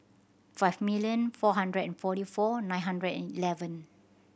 five million four hundred and forty four nine hundred and eleven